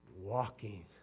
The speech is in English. walking